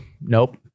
nope